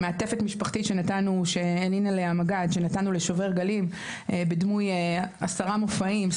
מעטפת משפחתית שנתנו --- לשובר גלים בדמות עשרה מופעים,